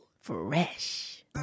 Fresh